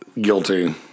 guilty